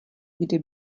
kdy